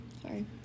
Sorry